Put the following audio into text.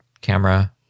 camera